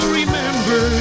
remember